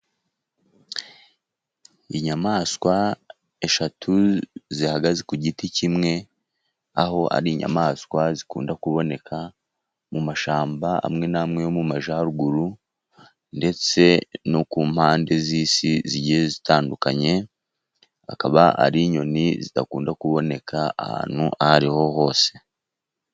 Inyamaswa eshatu zihagaze ku giti kimwe, aho ari inyamaswa zikunda kuboneka mu mashyamba amwe n'amwe yo mu Majyaruguru, ndetse no ku mpande z'isi zigiye zitandukanye. Akaba ari inyoni zidakunda kuboneka ahantu aho ariho hose.